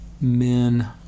men